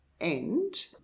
end